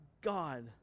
God